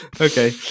Okay